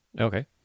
Okay